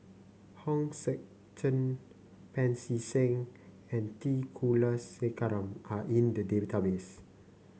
Hong Sek Chern Pancy Seng and T Kulasekaram are in the database